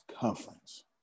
conference